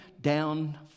down